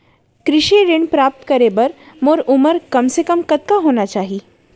कृषि ऋण प्राप्त करे बर मोर उमर कम से कम कतका होना चाहि?